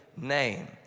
name